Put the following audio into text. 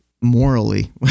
morally